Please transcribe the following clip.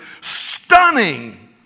stunning